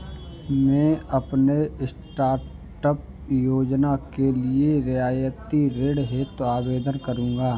मैं अपने स्टार्टअप योजना के लिए रियायती ऋण हेतु आवेदन करूंगा